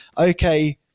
okay